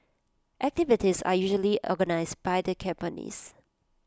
activities are usually organised by the companies